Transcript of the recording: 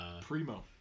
Primo